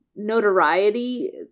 Notoriety